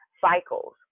cycles